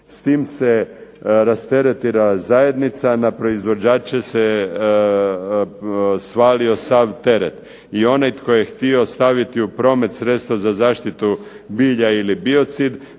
S tim se rasteretila zajednica, a na proizvođače se svalio sav teret i onaj tko je htio staviti u promet sredstva za zaštitu bilja ili biocid